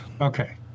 Okay